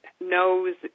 knows